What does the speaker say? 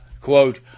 quote